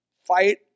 Fight